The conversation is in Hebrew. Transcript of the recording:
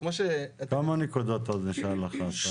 -- כמה נקודות נשארו לך?